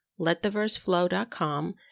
lettheverseflow.com